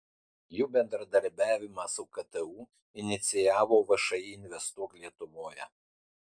jų bendradarbiavimą su ktu inicijavo všį investuok lietuvoje